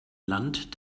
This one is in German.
land